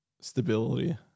stability